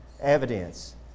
evidence